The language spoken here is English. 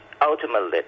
ultimately